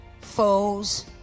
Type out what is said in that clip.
FOES